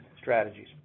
strategies